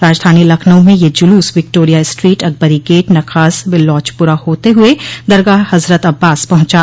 राजधानी लखनऊ में यह जुलूस Victoria Street Akbari gate Nakhas Billochpura होते हुए दरगाह हजरत अब्बास पहुँचा